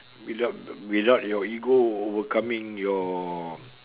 without without your ego overcoming your